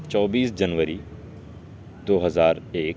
چوبیس جنوری دو ہزار ایک